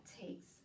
takes